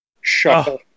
Shuffle